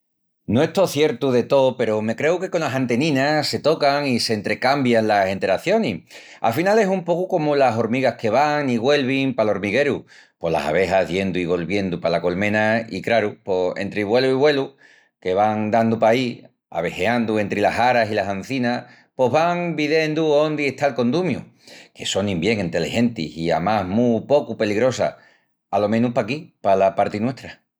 No estó ciertu de tó peru me creu que conas anteninas se tocan i s'entrecambian las enteracionis. Afinal es un pocu comu las hormigas que van i güelvin pal hormigueru, pos las abejas diendu i golviendu pala colmena i, craru, pos entri vuelu i vuelu que van dandu paí abejeandu entri las xaras i las anzinas pos van videndu óndi está'l condumiu, que sonin bien enteligentis i amás mu pocu peligrosas, alo menus paquí pala parti nuestra.